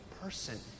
person